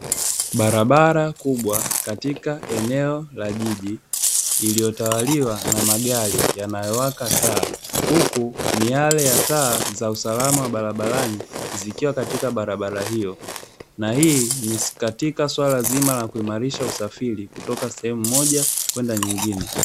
Barabara kubwa katika eneo la jiji iliyotawaliwa na magari yanayowaka taa, huku miale ya taa za usalama barabarani zikiwa katika barabara hiyo na hii ni katika suala zima la kuimarisha usafiri katika sehemu moja kwenda nyingine.